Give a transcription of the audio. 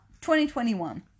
2021